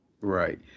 Right